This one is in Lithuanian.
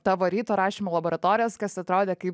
tavo ryto rašymo laboratorijas kas atrodė kaip